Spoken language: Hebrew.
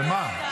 שמה?